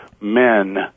men